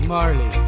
Marley